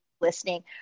listening